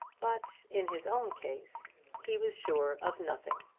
but in his own case he was sure of nothing.